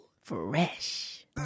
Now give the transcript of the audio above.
Fresh